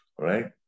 right